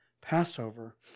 Passover